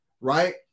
right